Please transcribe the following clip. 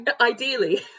ideally